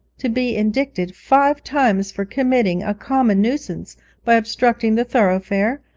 to be indicted five times for committing a common nuisance by obstructing the thoroughfare,